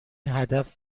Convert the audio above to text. هدف